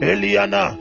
Eliana